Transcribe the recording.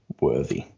worthy